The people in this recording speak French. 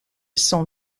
son